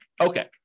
Okay